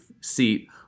seat